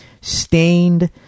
stained